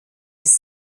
des